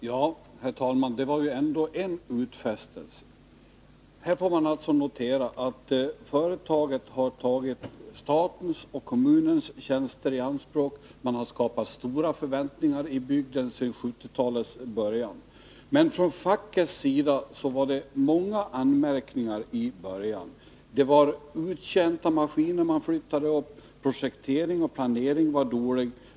Herr talman! Det var ju ändå en utfästelse. Här får man alltså notera att företaget har tagit statens och kommunens tjänster i anspråk. Man har skapat stora förväntningar i bygden sedan 1970-talets början. Men från fackets sida var det många anmärkningar i början. Det var uttjänta maskiner, och projekteringen och planeringen var dålig.